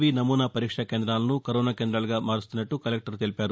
B నమూనా పరీక్షా కేందాలను కరోనా కేంద్రాలుగా మారుస్తుస్నట్ల కలెక్టర్ తెలిపారు